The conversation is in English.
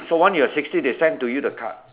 so once you are sixty they will send to you the card